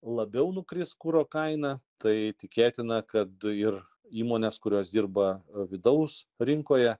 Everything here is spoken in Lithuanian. labiau nukris kuro kaina tai tikėtina kad ir įmonės kurios dirba vidaus rinkoje